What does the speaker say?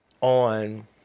on